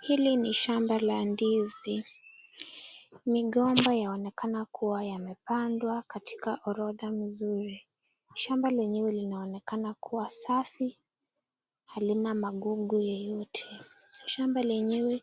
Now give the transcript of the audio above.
Hili ni shamba la ndizi. Migomba inaonekana kuwa yamepandwa katika orodha mzuri. Shamba lenyewe linaonekana kuwa safi, halina magugu yeyote. Shamba lenyewe